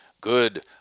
good